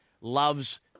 loves